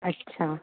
अच्छा